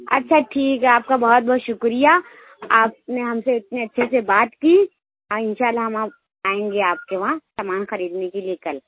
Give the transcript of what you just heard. اچھا ٹھیک ہے آپ کا بہت بہت شکریہ آپ نے ہم سے اتنے اچھے سے بات کی اور انشاء اللہ ہم آپ آئیں گے آپ کے وہاں سامان خریدنے کے لیے کل